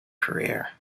career